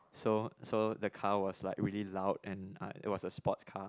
so so the car was like really loud and ah it was a sports car